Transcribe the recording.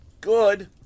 Good